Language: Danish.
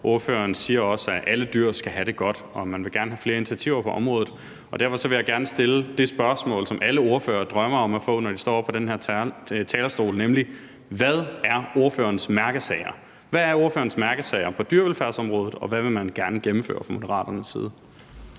ordføreren siger også, at alle dyr skal have det godt, og at man gerne vil have flere initiativer på området. Og derfor vil jeg gerne stille det spørgsmål, som alle ordførere drømmer om at få, når de står oppe på den talerstol, nemlig: Hvad er ordførerens mærkesager? Hvad er ordførerens mærkesager på dyrevelfærdsområdet, og hvad vil man gerne gennemføre fra Moderaternes side?